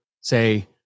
say